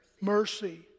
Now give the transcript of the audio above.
mercy